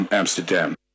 Amsterdam